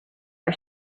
are